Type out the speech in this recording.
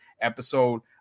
episode